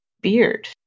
Beard